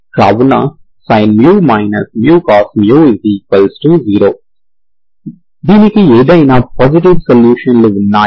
కావున sin μ cos 0 దీనికి ఏదైనా పాజిటివ్ సొల్యూషన్ లు ఉన్నాయా